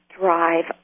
drive